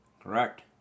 Correct